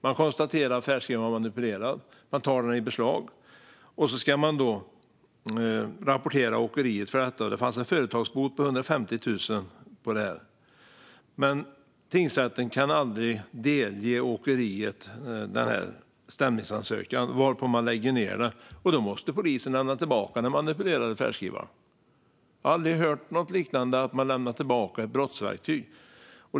Man konstaterade att färdskrivaren var manipulerad och tog den i beslag, och så skulle man anmäla åkeriet för detta. Det fanns en företagsbot på 150 000. Men tingsrätten kunde aldrig delge åkeriet stämningsansökan, varpå man lade ned ärendet. Då var polisen tvungen att lämna tillbaka den manipulerade färdskrivaren. Jag har aldrig hört om något liknande - att man lämnar tillbaka ett brottsverktyg.